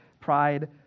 pride